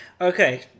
okay